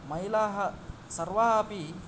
महिलाः सर्वाः अपि